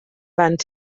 van